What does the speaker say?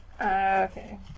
Okay